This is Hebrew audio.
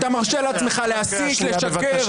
אתה מרשה לעצמך להסית, לשקר.